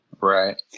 Right